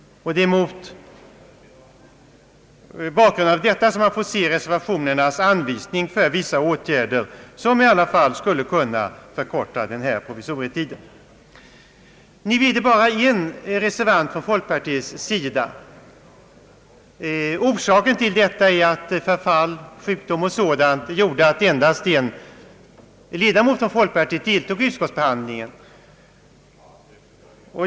Det är mot bakgrunden av detta som man får se reservationens anvisning om vissa åtgärder som i alla fall skulle kunna förkorta provisorietiden. Det finns bara en reservant från folkpartiets sida. Orsaken till detta är att förfall, sjukdom och sådant, gjorde att endast en ledamot från folkpartiet deltog i utskottsbehandlingen.